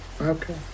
Okay